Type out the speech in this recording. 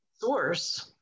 source